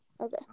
Okay